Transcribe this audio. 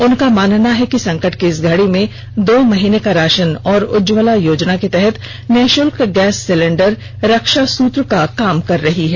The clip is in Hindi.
उनका मानना है कि संकट की इस घड़ी में दो महीने का राषन और उज्जवला योजना के तहत निःषुल्क गैस सिलेंडर रक्षा सुत्र का काम कर रही है